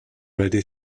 ready